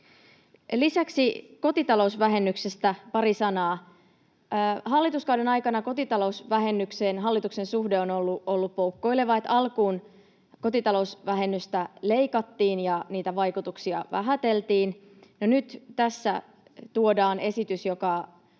Lisäksi kotitalousvähennyksestä pari sanaa. Hallituskauden aikana hallituksen suhde kotitalousvähennykseen on ollut poukkoileva. Alkuun kotitalousvähennystä leikattiin ja niitä vaikutuksia vähäteltiin. No nyt tässä tuodaan esitys, joka